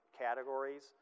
categories